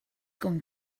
going